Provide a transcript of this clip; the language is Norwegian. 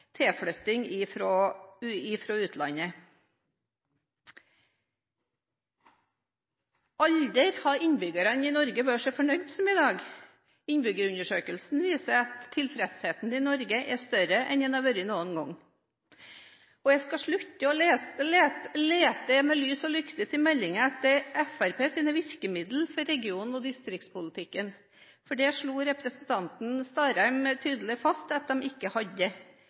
utlandet. Aldri har innbyggerne i Norge vært så fornøyde som i dag. Innbyggerundersøkelsen viser at tilfredsheten i Norge er større en den noen gang har vært. Jeg skal slutte å lete med lys og lykte i innstillingen etter Fremskrittspartiets virkemidler i region- og distriktspolitikken, for det slo representanten Starheim tydelig fast at de ikke hadde. Det